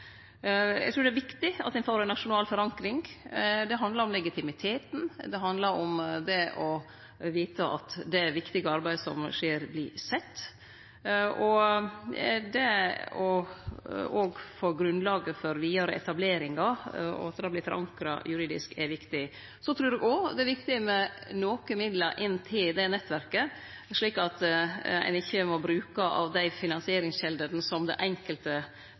Eg trur det er viktig at ein får ei nasjonal forankring. Det handlar om legitimitet, det handlar om å vite at det viktige arbeidet som skjer, vert sett. Det å få grunnlaget for vidare etableringar og at det vert forankra juridisk, er viktig. Så trur eg òg det er viktig med noko midlar inn til det nettverket, slik at ein ikkje må bruke av dei finansieringskjeldene som den enkelte